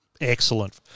Excellent